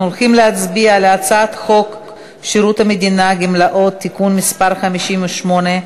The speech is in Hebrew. אנחנו הולכים להצביע על הצעת חוק שירות המדינה (גמלאות) (תיקון מס' 58)